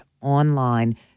online